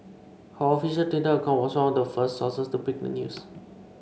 her official Twitter account was one of the first sources to break the news